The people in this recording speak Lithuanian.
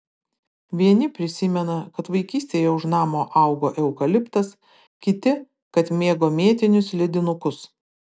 vieni prisimena kad vaikystėje už namo augo eukaliptas kiti kad mėgo mėtinius ledinukus